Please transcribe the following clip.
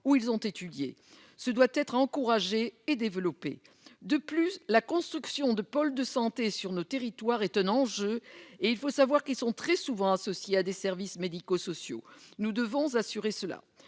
où ils ont étudié. Cela doit être encouragé et développé. De plus, la construction de pôles de santé sur nos territoires est un enjeu et il faut savoir qu'ils sont très souvent associés à des services médico-sociaux. Nous devons donc